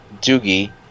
Doogie